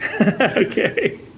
Okay